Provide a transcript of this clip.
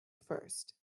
first